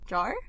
Jar